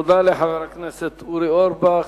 תודה לחבר הכנסת אורי אורבך.